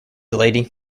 lady